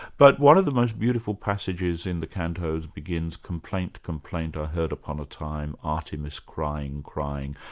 but one of the most beautiful passages in the cantos begins complaint, complaint, i heard upon a time, artemis crying, crying.